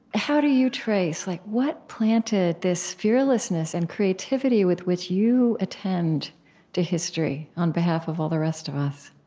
how do you trace like what planted this fearlessness and creativity with which you attend to history on behalf of all the rest of us?